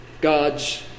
God's